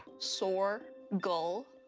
soar, gull,